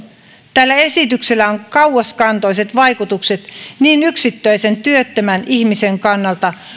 tällä esityksellä on kauaskantoiset vaikutukset niin yksittäisen työttömän ihmisen kannalta